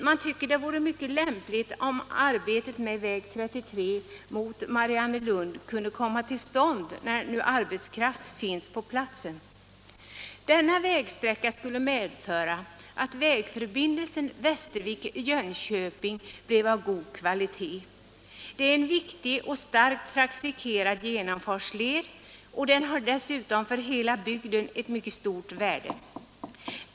Man tycker att det vore mycket lämpligt om arbetet på väg 33 mot Mariannelund kunde komma till stånd när nu arbetskraft finns på platsen. En upprustning av denna vägsträcka skulle medföra att vägförbindelsen Västervik-Jönköping blev av god kvalitet. Det är en viktig och starkt trafikerad genomfartsled, och den har dessutom mycket stort värde för hela bygden.